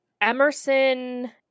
Emerson-